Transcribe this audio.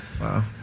Wow